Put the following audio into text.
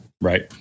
right